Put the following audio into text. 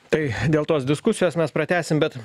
tai dėl tos diskusijos mes pratęsim bet